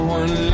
one